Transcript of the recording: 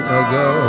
ago